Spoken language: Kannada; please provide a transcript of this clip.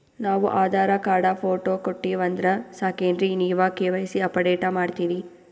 ನಾವು ಆಧಾರ ಕಾರ್ಡ, ಫೋಟೊ ಕೊಟ್ಟೀವಂದ್ರ ಸಾಕೇನ್ರಿ ನೀವ ಕೆ.ವೈ.ಸಿ ಅಪಡೇಟ ಮಾಡ್ತೀರಿ?